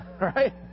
Right